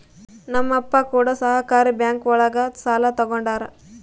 ನಮ್ ಅಪ್ಪ ಕೂಡ ಸಹಕಾರಿ ಬ್ಯಾಂಕ್ ಒಳಗ ಸಾಲ ತಗೊಂಡಾರ